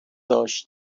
داشت